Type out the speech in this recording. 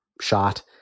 shot